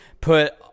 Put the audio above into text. put